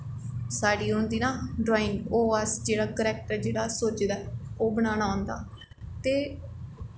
साढ़ी होंदी ना ड्राईंग ओह् अस जेह्ड़ा करैक्टर जेह्ड़ा सोचे दा ऐ ओह् बनाना होंदा ते